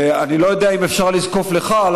אני לא יודע אם אפשר לזקוף לזכותך,